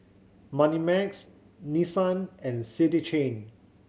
Moneymax Nissan and City Chain